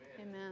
Amen